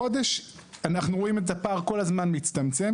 בחודש, אנחנו רואים את הפער כל הזמן מצטמצם.